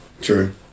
True